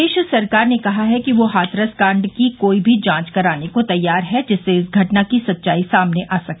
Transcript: प्रदेश सरकार ने कहा है कि वह हाथरस कांड की कोई भी जांच कराने को तैयार है जिससे इस घटना की सच्चाई सामने आ सके